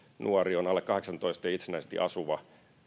nuori on alle kahdeksantoista ja itsenäisesti asuva